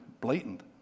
Blatant